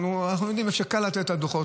אנחנו יודעים איפה קל לתת את הדוחות,